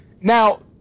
now